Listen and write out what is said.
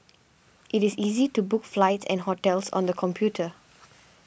it is easy to book flights and hotels on the computer